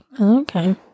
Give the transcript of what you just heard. Okay